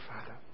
Father